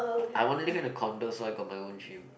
I wanna live in a condo so I got my own gym